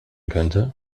könnte